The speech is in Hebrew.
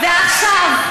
ועכשיו,